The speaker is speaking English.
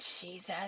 Jesus